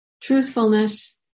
truthfulness